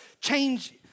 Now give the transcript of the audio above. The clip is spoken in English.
change